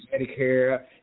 Medicare